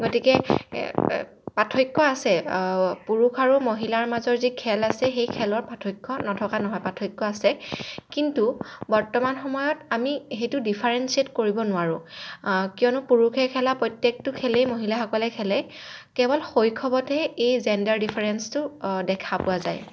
গতিকে পাৰ্থক্য আছে পুৰুষ আৰু মহিলাৰ মাজৰ যি খেল আছে সেই খেলৰ পাৰ্থক্য নথকা নহয় পাৰ্থক্য আছে কিন্তু বৰ্তমান সময়ত আমি সেইটো ডিফাৰেঞ্চিয়েট কৰিব নোৱাৰোঁ কিয়নো পুৰুষে খেলা প্ৰত্যেকটো খেলেই মহিলাসকলে খেলে কেৱল শৈশৱতে এই জেণ্ডাৰ ডিফাৰেঞ্চটো দেখা পোৱা যায়